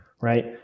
right